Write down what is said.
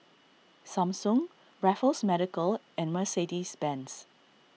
Samsung Raffles Medical and Mercedes Benz